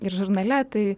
ir žurnale tai